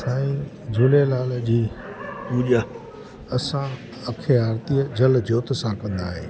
साईं झूलेलाल जी पूॼा असां अखे आरितीअ जल जोत सां कंदा आहियूं